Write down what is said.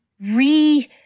re